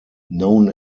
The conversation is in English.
known